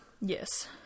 Yes